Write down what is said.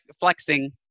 flexing